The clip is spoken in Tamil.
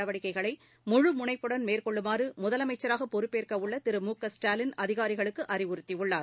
நடவடிக்கைகளை முழு முனைப்புடன் மேற்கொள்ளுமாறு முதலமைச்சராக பொறுப்பேற்க உள்ள திரு மு க ஸ்டாலின் அதிகாரிகளுக்கு அறிவுறுத்தியுள்ளார்